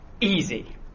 easy